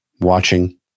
watching